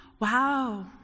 Wow